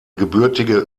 gebürtige